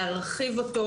להרחיב אותו,